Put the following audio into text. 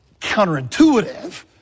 counterintuitive